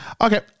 okay